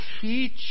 teach